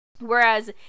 whereas